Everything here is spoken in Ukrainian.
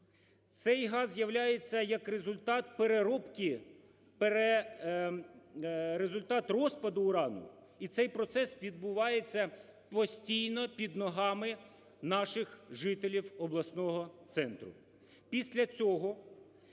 цей газ з'являється як результат переробки, результат розпаду урану. І цей процес відбувається постійно під ногами наших жителів обласного центру.